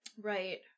right